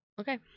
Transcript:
okay